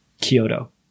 Kyoto